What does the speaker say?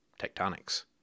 tectonics